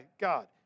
God